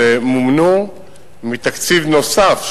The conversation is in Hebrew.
שמומנו מתקציב נוסף,